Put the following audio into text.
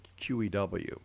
QEW